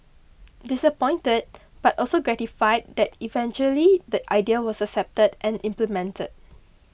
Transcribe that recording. disappointed but also gratified that eventually the idea was accepted and implemented